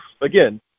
again